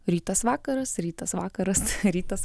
rytas vakaras rytas vakaras rytas